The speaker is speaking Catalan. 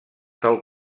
del